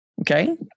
Okay